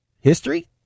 history